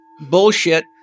bullshit